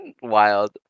wild